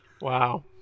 Wow